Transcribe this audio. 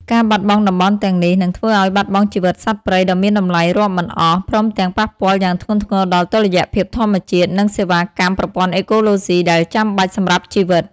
ការបាត់បង់តំបន់ទាំងនេះ នឹងធ្វើឲ្យបាត់បង់ជីវិតសត្វព្រៃដ៏មានតម្លៃរាប់មិនអស់ ព្រមទាំងប៉ះពាល់យ៉ាងធ្ងន់ធ្ងរដល់តុល្យភាពធម្មជាតិ និងសេវាកម្មប្រព័ន្ធអេកូឡូស៊ីដែលចាំបាច់សម្រាប់ជីវិត។